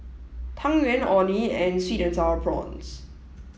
Tang Yuen Orh Nee and Sweet and Sour Prawns